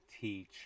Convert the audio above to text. teach